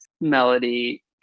melody